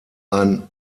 ein